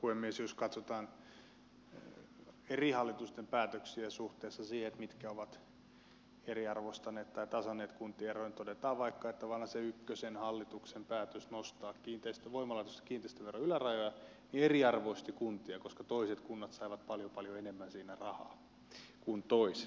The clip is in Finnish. jos katsotaan eri hallitusten päätöksiä suhteessa siihen mitkä ovat eriarvoistaneet tai tasanneet kuntien eroja niin todetaan vaikka että vanhasen ykköshallituksen päätös nostaa voimalaitosten kiinteistöveron ylärajoja eriarvoisti kuntia koska toiset kunnat saivat paljon paljon enemmän siinä rahaa kuin toiset